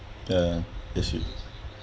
the issue